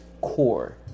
core